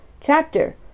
Chapter